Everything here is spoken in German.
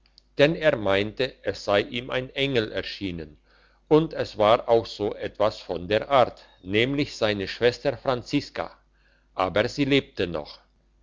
denn er meinte es sei ihm ein engel erschienen und es war auch so etwas von der art nämlich seine schwester franziska aber sie lebte noch